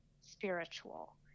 spiritual